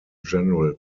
general